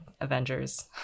Avengers